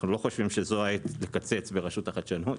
אנחנו לא חושבים שזו העת לקצץ ברשות החדשנות,